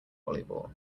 volleyball